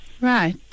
Right